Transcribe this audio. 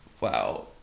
wow